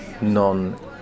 non-